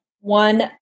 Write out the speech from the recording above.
one